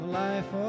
life